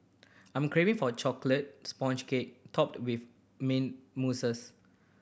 I'm craving for a chocolate sponge cake topped with mint mousses